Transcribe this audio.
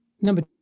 Number